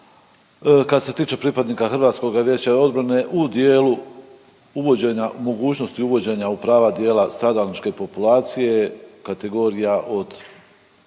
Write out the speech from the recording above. Kad se tiče pripadnika Hrvatskoga vijeća obrane u dijelu uvođenja mogućnosti uvođenja u prava dijela stradalničke populacije kategorija od